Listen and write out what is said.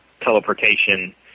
teleportation